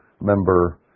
member